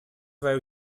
свои